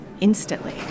instantly